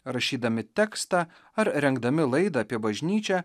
rašydami tekstą ar rengdami laidą apie bažnyčią